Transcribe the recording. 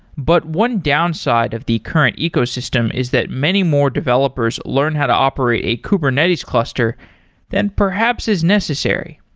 but one downside of the current ecosystem is that many more developers learn how to operate a kubernetes cluster than perhaps is necessary.